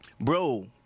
bro